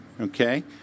Okay